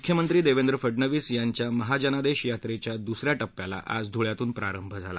मुख्यमंत्री देवेंद्र फडणवीस यांच्या महाजनादेश यात्रेच्या दुसऱ्या टप्प्याला आज धुळयातून प्रारंभ झाला